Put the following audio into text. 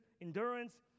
endurance